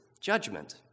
judgment